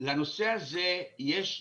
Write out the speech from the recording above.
לנושא הזה יש,